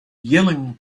yelling